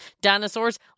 dinosaurs